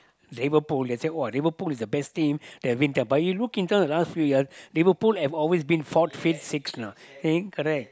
Liverpool they say !wah! Liverpool is the best team that win but look in term of last few years Liverpool have always been fourth fifth sixth you know thing correct